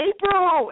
April